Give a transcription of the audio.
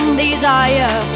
desire